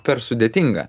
per sudėtinga